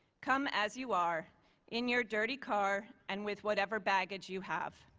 come as you are in your dirty car and with whatever baggage you have.